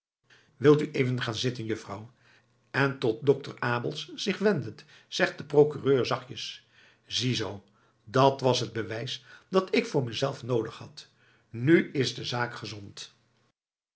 wil u even gaan zitten juffrouw en tot dokter abels zich wendend zegt de procureur zachtjes ziezoo dat was het bewijs dat ik voor mezelf noodig had nu is de zaak gezond